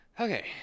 okay